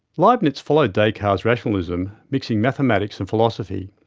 leibnitz followed descartes' rationalism, mixing mathematics and philosophy.